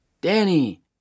Danny